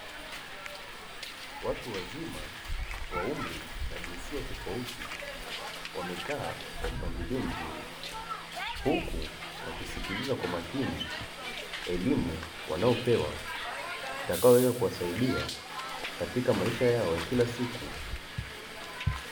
Watu wazima wa umri na jinsia tofauti, wamekaa kwa mpangilio mzuri huku wakisikiliza kwa makini elimu wanayopewa, itakayoweza kuwasaidia katika maisha yao ya kila siku.